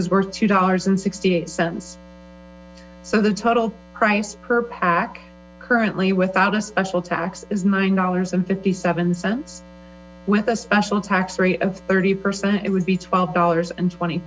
is worth two dollars and sixty eight cents so the total price per pack currently without a special tax is nine dollars and fifty seven cents with a special tax rate of thirty percent it would be twelve dollars and twenty